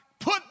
put